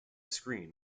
screen